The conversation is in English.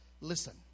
Listen